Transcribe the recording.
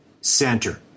center